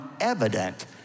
evident